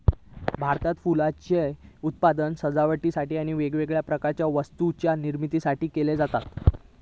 भारतात फुलांचा उत्पादन सजावटीसाठी आणि वेगवेगळ्या प्रकारच्या वस्तूंच्या निर्मितीसाठी केला जाता